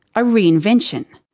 a reinvention.